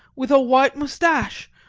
with a white moustache,